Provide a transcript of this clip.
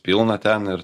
pilna ten ir